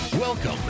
Welcome